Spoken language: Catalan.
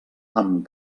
amb